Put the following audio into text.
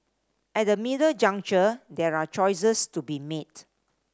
at the middle juncture there are choices to be made